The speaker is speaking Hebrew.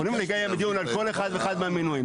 אנחנו יכולים לקיים דיון על כל אחד ואחד מהמינויים.